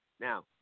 Now